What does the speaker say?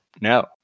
No